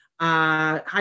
hi